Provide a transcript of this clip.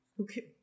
okay